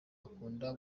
akunda